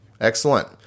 Excellent